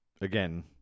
Again